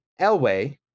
Elway